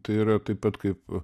tai yra taip pat kaip